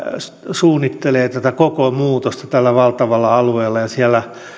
suunnittelee tätä koko muutosta tällä valtavalla alueella ja siellä